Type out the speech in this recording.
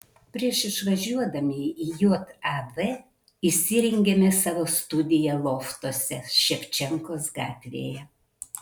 prieš išvažiuodami į jav įsirengėme savo studiją loftuose ševčenkos gatvėje